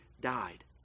died